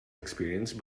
experience